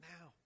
now